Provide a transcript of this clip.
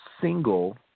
single